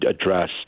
address